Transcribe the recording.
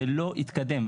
זה לא יתקדם.